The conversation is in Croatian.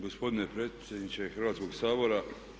Gospodine predsjedniče Hrvatskoga sabora.